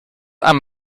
amb